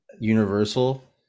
Universal